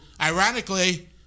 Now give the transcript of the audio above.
ironically